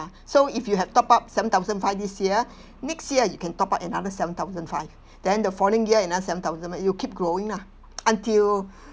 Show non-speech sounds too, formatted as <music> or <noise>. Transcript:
so if you had top up seven thousand five this year <breath> next year you can top up another seven thousand five then the following year another seven thousand you keep growing lah until <breath>